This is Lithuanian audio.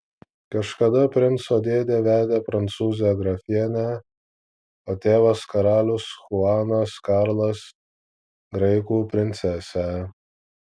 kažkada princo dėdė vedė prancūzę grafienę o tėvas karalius chuanas karlas graikų princesę